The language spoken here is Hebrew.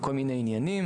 בכל מיני עניינים,